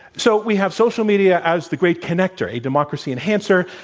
so, we have social media as the great connector, a democracy enhancer,